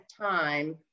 time